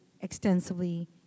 extensively